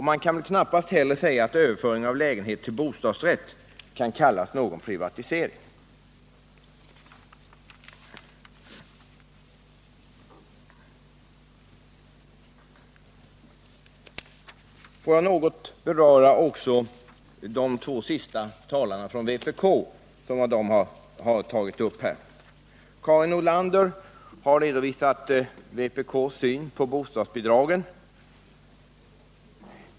Man kan knappast heller säga att överföring av lägenheter till bostadsrätt kan kallas privatisering. Får jag också något beröra vad de två senaste talarna från vpk har tagit upp här. Karin Nordlander har redovisat vpk:s syn på bostadsbidrag.